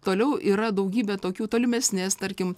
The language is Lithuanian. toliau yra daugybė tokių tolimesnės tarkim